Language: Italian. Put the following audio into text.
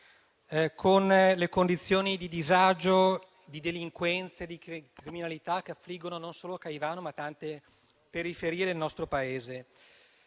con le condizioni di disagio, di delinquenza e di criminalità che affliggono, non solo Caivano, ma tante periferie del nostro Paese.